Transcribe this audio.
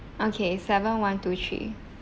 okay seven one two three